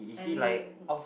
and we